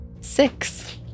Six